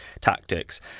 tactics